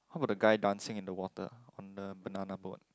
how about the guy dancing in the water on the banana boat